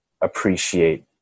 appreciate